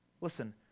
listen